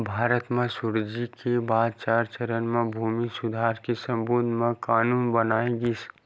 भारत म सुराजी के बाद चार चरन म भूमि सुधार के संबंध म कान्हून बनाए गिस